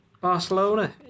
Barcelona